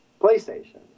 PlayStation